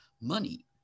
money